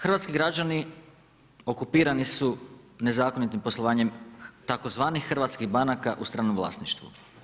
Hrvatski građani okupirani su nezakonitim poslovanjem tzv. hrvatskih banaka u stranom vlasništvu.